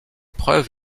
preuves